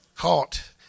Caught